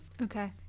Okay